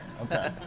Okay